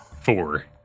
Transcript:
Four